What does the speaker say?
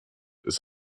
ist